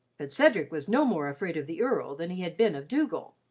but cedric was no more afraid of the earl than he had been of dougal.